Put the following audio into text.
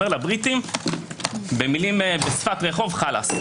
אומר לבריטי בשפת רחוב: כלאס.